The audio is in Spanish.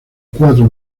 cuatro